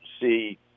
see